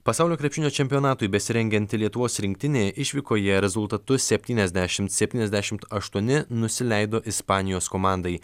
pasaulio krepšinio čempionatui besirengianti lietuvos rinktinė išvykoje rezultatu septyniasdešim septyniasdešimt aštuoni nusileido ispanijos komandai